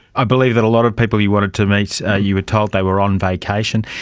i believe that a lot of people you wanted to meet, ah you were told they were on vacation.